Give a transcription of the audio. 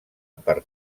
per